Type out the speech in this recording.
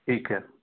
ठीक है